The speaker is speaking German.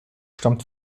stammt